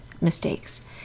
mistakes